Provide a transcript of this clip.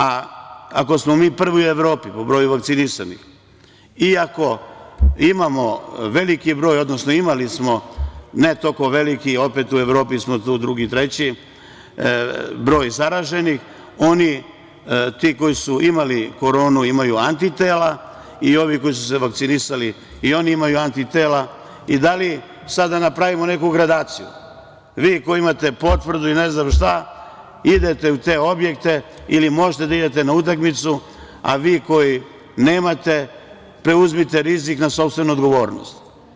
Ako smo prvi u Evropi po broju vakcinisanih i ako imamo veliki broj, odnosno imali smo, ne toliko veliki, opet u Evropi smo drugi, treći, broj zaraženih, ti koji su imali koronu imaju antitela i ovi koji su se vakcinisali imaju antitela, da li sada da napravimo neku gradaciju, vi koji imate potvrdu ili ne znam šta idete u te objekte ili možete da idete na utakmicu, a vi koji nemate, preuzmite rizik na sopstvenu odgovornost.